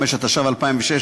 45), התשע"ו 2016,